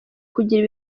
kugira